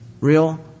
Real